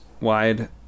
wide